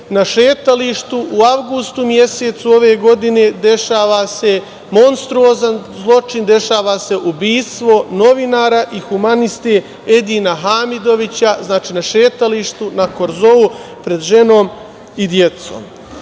na šetalištu u avgustu mesecu ove godine dešava se monstruozan zločin, dešava se ubistvo novinara i humanisti Edina Hamidovića, znači, na šetalištu, na korzou pred ženom i decom.